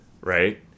right